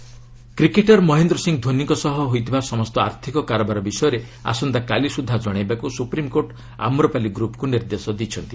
SC Amrapali Dhoni କ୍ରିକେଟ୍ର ମହେନ୍ଦ୍ର ସିଂହ ଧୋନିଙ୍କ ସହ ହୋଇଥିବା ସମସ୍ତ ଆର୍ଥିକ କାରବାର ବିଷୟରେ ଆସନ୍ତାକାଲି ସୁଦ୍ଧା ଜଣାଇବାକୁ ସୁପ୍ରିମ୍କୋର୍ଟ ଆମ୍ରପାଲି ଗ୍ରପ୍କୁ ନିର୍ଦ୍ଦେଶ ଦେଇଛନ୍ତି